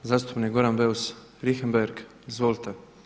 Zastupnik Goran Beus Richembergh, izvolite.